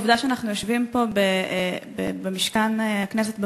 העובדה שאנחנו יושבים פה במשכן הכנסת,